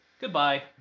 Goodbye